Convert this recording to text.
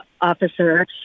officer